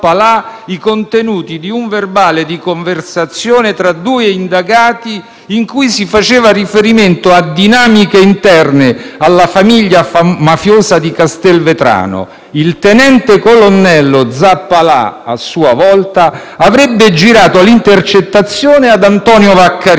Zappalà i contenuti di un verbale di conversazione tra due indagati in cui si faceva riferimento a dinamiche interne alla famiglia mafiosa di Castelvetrano. Il tenente colonnello Zappalà, a sua volta, avrebbe girato l'intercettazione ad Antonio Vaccarino,